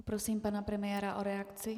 Poprosím pana premiéra o reakci.